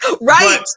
Right